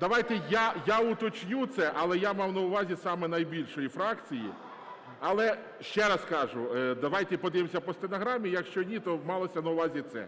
давайте я уточню це, але я мав на увазі саме найбільшої фракції Але ще раз кажу: давайте подивимося по стенограмі, якщо ні, то малося на увазі це.